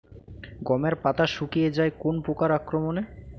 গমের পাতা শুকিয়ে যায় কোন পোকার আক্রমনে?